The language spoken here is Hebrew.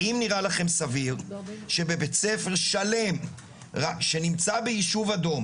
האם נראה לכם סביר שבית ספר שלם שנמצא ביישוב אדום